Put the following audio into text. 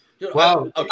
Wow